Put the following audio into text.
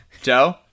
Joe